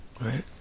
right